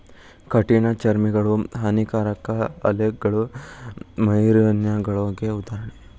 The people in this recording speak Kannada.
ಕಠಿಣ ಚರ್ಮಿಗಳು, ಹಾನಿಕಾರಕ ಆಲ್ಗೆಗಳು ಮರೈನಗಳಿಗೆ ಉದಾಹರಣೆ